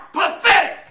pathetic